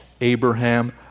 Abraham